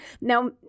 Now